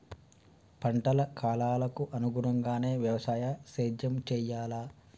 పంటల కాలాలకు అనుగుణంగానే వ్యవసాయ సేద్యం చెయ్యాలా?